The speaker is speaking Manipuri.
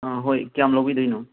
ꯑꯥ ꯍꯣꯏ ꯀꯌꯥꯝ ꯂꯧꯕꯤꯗꯣꯏꯅꯣ